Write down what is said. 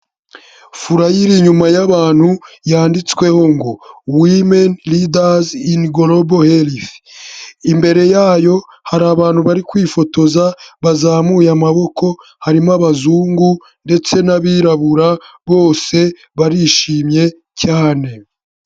Furaya iri inyuma y'abantu, yanditsweho ngo "Women leaders in global health." Imbere yayo hari abantu bari kwifotoza, bazamuye amaboko, harimo abazungu ndetse n'abirabura, bose barishimye cyane.